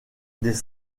des